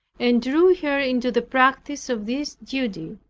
and drew her into the practice of this duty.